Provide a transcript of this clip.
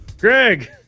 greg